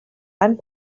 and